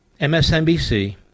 MSNBC